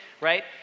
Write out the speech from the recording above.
right